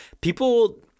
people